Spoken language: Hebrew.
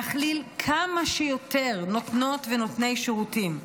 כדי להכליל כמה שיותר נותנות ונותני שירותים.